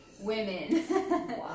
women